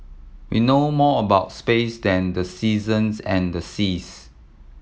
we know more about space than the seasons and the seas